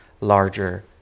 larger